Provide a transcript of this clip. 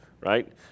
right